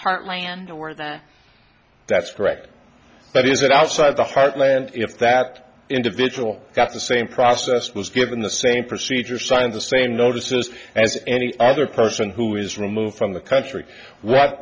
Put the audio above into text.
heartland or the that's correct but is it outside the heartland if that individual got the same process was given the same procedure sign the same notices as any other person who is removed from the country what